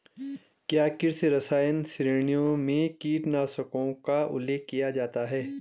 क्या कृषि रसायन श्रेणियों में कीटनाशकों का उल्लेख किया जाता है?